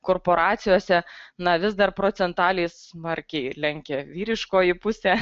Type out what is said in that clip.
korporacijose na vis dar procentakiai smarkiai lenkia vyriškoji pusė